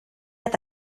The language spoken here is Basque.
eta